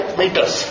meters